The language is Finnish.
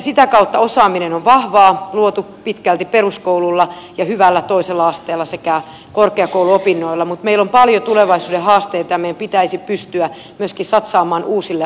sitä kautta osaaminen on vahvaa luotu pitkälti peruskoululla ja hyvällä toisella asteella sekä korkeakouluopinnoilla mutta meillä on paljon tulevaisuuden haasteita ja meidän pitäisi pystyä myöskin satsaamaan uusille aloille